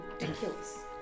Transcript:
ridiculous